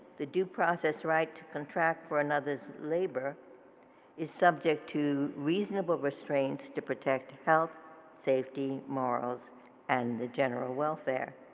the due process right to contract for another's labor is subject to reasonable restraints to protect health safety morals and the general welfare.